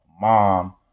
mom